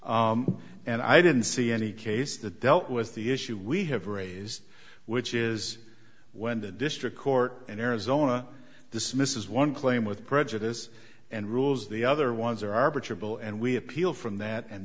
controls and i didn't see any case the dealt with the issue we have raised which is when the district court in arizona dismisses one claim with prejudice and rules the other ones or arbiter bill and we appeal from that and